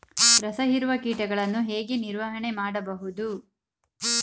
ರಸ ಹೀರುವ ಕೀಟಗಳನ್ನು ಹೇಗೆ ನಿರ್ವಹಣೆ ಮಾಡಬಹುದು?